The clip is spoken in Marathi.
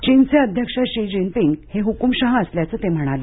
चीनचे अध्यक्ष शी जिनपिंग हे हुकुमशहा असल्याचंही ते म्हणाले